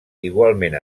igualment